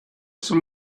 some